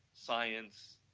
science,